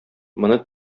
моны